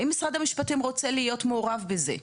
האם משרד המשפטים רוצה להיות מעורב בזה,